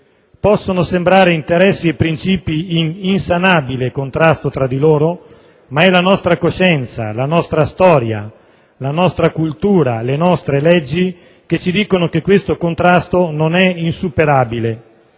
Possono sembrare interessi e principi in insanabile contrasto tra di loro, ma è la nostra coscienza, la nostra storia, la nostra cultura, le nostre leggi che ci dicono che questo contrasto non è insuperabile.